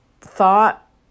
thought